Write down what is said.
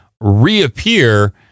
reappear